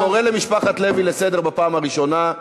אני קורא את משפחת לוי לסדר בפעם הראשונה.